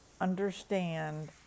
understand